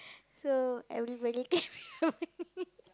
so everybody